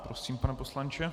Prosím, pane poslanče.